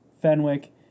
Fenwick